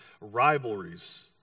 rivalries